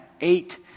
eight